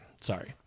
Sorry